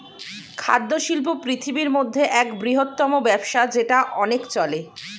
খাদ্য শিল্প পৃথিবীর মধ্যে এক বৃহত্তম ব্যবসা যেটা অনেক চলে